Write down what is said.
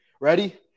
Ready